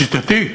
שיטתי,